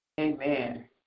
Amen